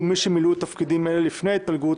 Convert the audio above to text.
מי שמילאו תפקידים אלה לפני ההתפלגות,